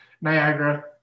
Niagara